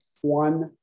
one